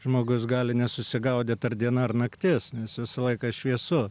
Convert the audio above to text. žmogus gali nesusigaudyt ar diena ar naktis nes visą laiką šviesu